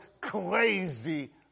crazy